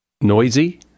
noisy